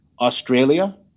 Australia